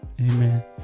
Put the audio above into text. amen